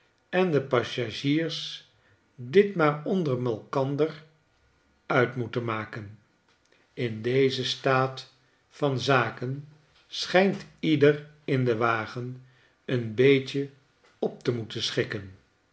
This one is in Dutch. en de passagiers dit maar onder malkander uit moeten maken in dezen staat van zaken schijnt ieder in den wagen een beetje op te moeten schikken